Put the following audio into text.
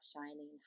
shining